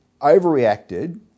overreacted